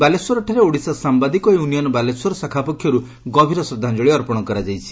ବାଲେଶ୍ୱରଠାରେ ଓଡିଶା ସାମ୍ଘାଦିକ ୟୁନିୟନ ବାଲେଶ୍ୱର ଶାଖା ପକ୍ଷରୁ ଗଭୀର ଶ୍ରଦ୍ଧାଞ୍ଞଳି ଅର୍ପଣ କରାଯାଇଛି